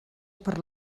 per